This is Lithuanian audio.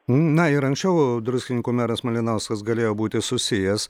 na ir anksčiau druskininkų meras malinauskas galėjo būti susijęs